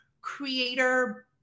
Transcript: creator